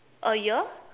a ear